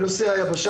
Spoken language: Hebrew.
בנושא היבשה.